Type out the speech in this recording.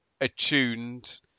attuned